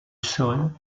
sol